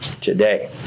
today